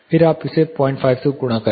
फिर आप इसे 05 से गुणा करें